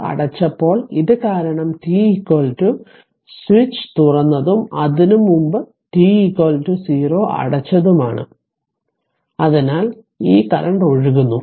ഇത് അടച്ചപ്പോൾ ഇത് കാരണം t സ്വിച്ച് തുറന്നതും അതിനുമുമ്പ് t 0 അടച്ചതുമാണ് അതിനാൽ ഈ കറന്റ് ഒഴുകുന്നു